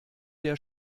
der